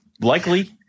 likely